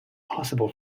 possible